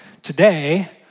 Today